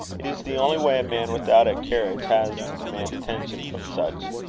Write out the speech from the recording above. it is the only way a man without a carriage has to command attention from such.